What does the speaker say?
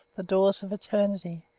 the doors of eternity.